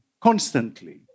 constantly